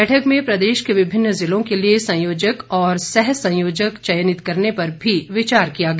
बैठक में प्रदेश के विभिन्न जिलों के लिए संयोजक और सह संयोजक चयनित करने पर भी विचार किया गया